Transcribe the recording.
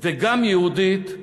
וגם יהודית,